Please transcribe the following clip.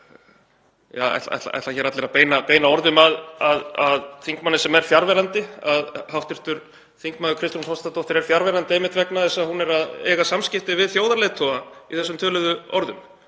ætli allir að beina orðum að þingmanni sem er fjarverandi, að hv. þm. Kristrún Frostadóttir er fjarverandi einmitt vegna þess að hún er að eiga samskipti við þjóðarleiðtoga í þessum töluðu orðum.